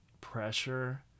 pressure